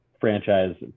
franchise